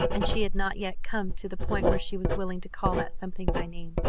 and she had not yet come to the point where she was willing to call that something by name.